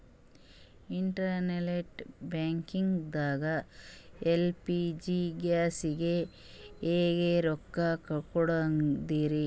Internet banking ದಾಗ LPG ಗ್ಯಾಸ್ಗೆ ಹೆಂಗ್ ರೊಕ್ಕ ಕೊಡದ್ರಿ?